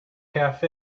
cafe